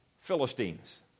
Philistines